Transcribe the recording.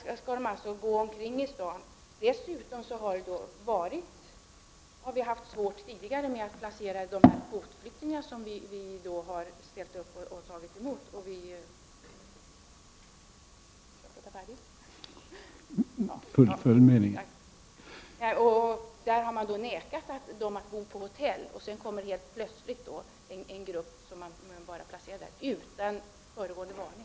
Nu skall de alltså gå omkring i staden. Vi har dessutom tidigare haft svårigheter med att placera de kvotflyktingar som vi ställt upp för och tagit emot. Man har då nekat dessa att bo på hotell, och sedan kommer helt plötsligt en grupp som placeras där utan föregående varning.